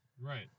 Right